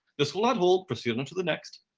this will not hold, proceed unto the next.